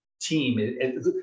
team